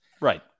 right